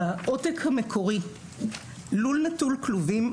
בעותק המקורי לול נטול כלובים,